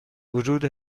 وجود